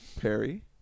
Perry